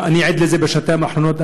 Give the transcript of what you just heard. אני עד לזה בשנתיים האחרונות,